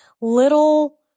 little